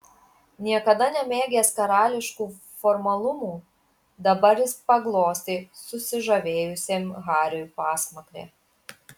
niekada nemėgęs karališkų formalumų dabar jis paglostė susižavėjusiam hariui pasmakrę